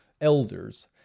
elders